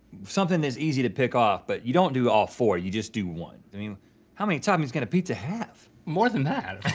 something that's easy to pick off but you don't do all four, you just do one. i mean how many toppings can a pizza have? more than that